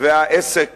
והעסק